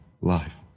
life